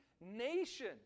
nation